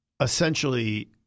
essentially